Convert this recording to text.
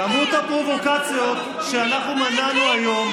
כמות הפרובוקציות שאנחנו מנענו היום,